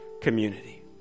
community